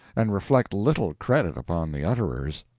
and reflect little credit upon the utterers.